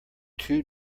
too